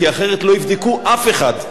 כי אחרת לא יבדקו אף אחד.